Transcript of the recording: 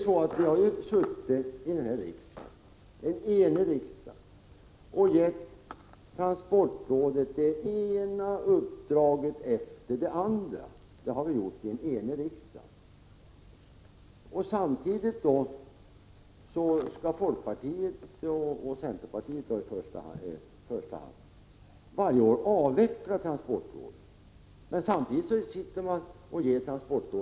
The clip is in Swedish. En enig riksdag har gett transportrådet det ena uppdraget efter det andra. Samtidigt som man ger transportrådet nya uppgifter vill i första hand centern och folkpartiet varje år avveckla transportrådet.